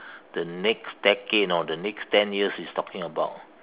the next decade you know the next ten years is talking about